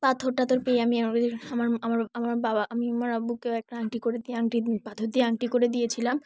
পাথর টাথর পেয়ে আমি আমার আমার আমার বাবা আমি আমার আব্বুকেও একটা আংটি করে দিয়ে আংটি পাথর দিয়ে আংটি করে দিয়েছিলাম